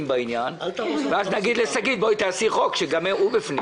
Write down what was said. בעניין ואז נגיד לשגית לחוקק חוק שגם הוא בפנים